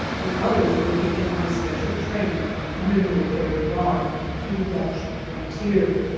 the others were taken on a special train under military guard to the dutch frontier.